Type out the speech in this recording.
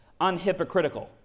unhypocritical